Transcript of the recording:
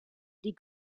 die